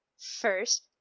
first